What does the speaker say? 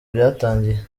byatangiye